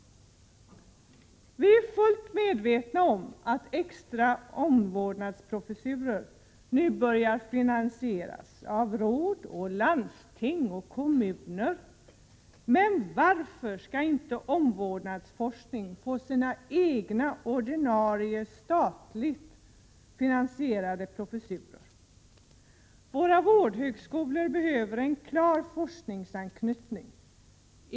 Vi är fullt medvetna om att extra professurer inom omvårdnadsforskningen nu börjar finansieras av råd, landsting och kommuner. Men varför skall inte omvårdnadsforskning få egna, ordinarie statligt finansierade professurer? Våra vårdhögskolor behöver en klar forskningsanknytning.